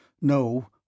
No